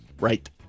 Right